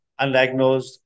undiagnosed